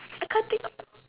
I can't think